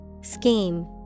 Scheme